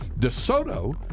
DeSoto